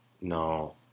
no